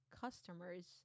customers